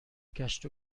گشت